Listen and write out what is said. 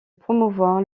promouvoir